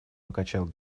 покачал